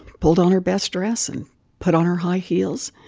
pulled on her best dress and put on her high heels